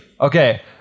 Okay